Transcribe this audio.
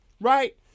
right